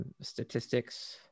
statistics